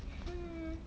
hmm